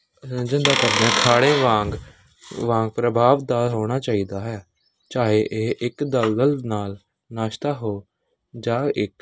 ਰੰਜਨ ਦਾ ਕਰਦਿਆਂ ਅਖਾੜੇ ਵਾਂਗ ਵਾਂਗ ਪ੍ਰਭਾਵਦਾਰ ਹੋਣਾ ਚਾਹੀਦਾ ਹੈ ਚਾਹੇ ਇਹ ਇੱਕ ਦਲਦਲ ਨਾਲ ਨਾਸ਼ਤਾ ਹੋ ਜਾਂ ਇੱਕ